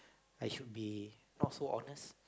I should be not so honest